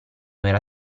era